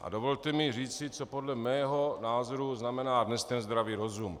A dovolte mi říci, co podle mého názoru znamená dnes ten zdravý rozum.